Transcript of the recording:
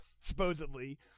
supposedly